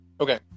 Okay